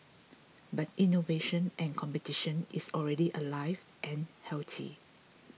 but innovation and competition is already alive and healthy